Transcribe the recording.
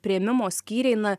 priėmimo skyriai na